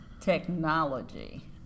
Technology